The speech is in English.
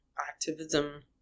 activism